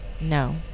No